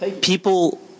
People